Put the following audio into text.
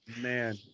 Man